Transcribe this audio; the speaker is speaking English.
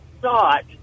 thought